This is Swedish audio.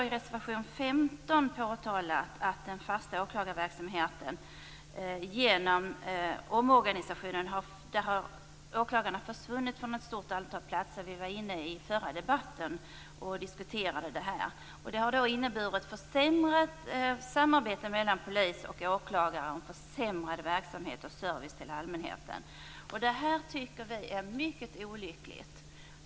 I reservation 15 har vi påtalat att omorganisationen av den fasta åklagarverksamheten gjort att åklagarna har försvunnit från ett stort antal platser. Detta var vi också inne på och diskuterade i den förra debatten. Det har inneburit försämrat samarbete mellan polis och åklagare och en försämrad verksamhet och service till allmänheten. Detta tycker vi är mycket olyckligt.